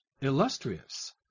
Illustrious